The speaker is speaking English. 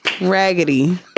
Raggedy